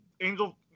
angel